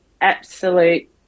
absolute